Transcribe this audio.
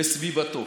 לסביבתו.